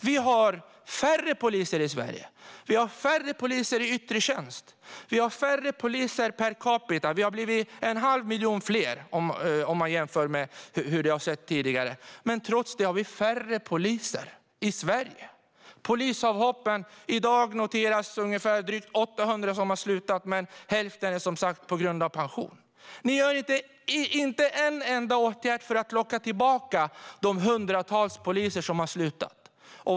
Vi har färre poliser i Sverige. Vi har färre poliser i yttre tjänst. Vi har färre poliser per capita. Vi har blivit en halv miljon fler jämfört med hur det har sett ut tidigare. Trots det har vi färre poliser i Sverige. Sedan har vi polisavhoppen. I dag noteras att det är ungefär 800 som har slutat - hälften har som sagt slutat på grund av pensionering. Ni vidtar inte en enda åtgärd för att locka tillbaka de hundratals poliser som har slutat.